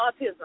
autism